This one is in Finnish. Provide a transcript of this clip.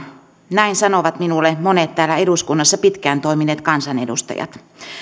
näin sanovat minulle monet täällä eduskunnassa pitkään toimineet kansanedustajat